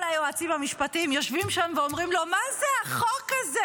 כל היועצים המשפטיים יושבים שם ואומרים לו: מה זה החוק הזה?